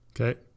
okay